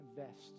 invest